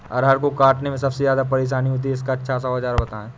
अरहर को काटने में सबसे ज्यादा परेशानी होती है इसका अच्छा सा औजार बताएं?